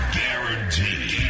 guaranteed